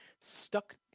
stuck